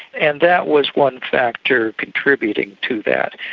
and that was one factor contributing to that.